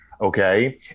okay